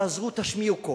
תעזרו, תשמיעו קול,